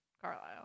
Carlisle